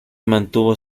mantuvo